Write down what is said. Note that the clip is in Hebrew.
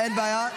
אין בעיה.